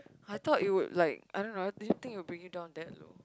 I thought it would like I don't know didn't think it would bring it down that low